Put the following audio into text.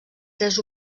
tres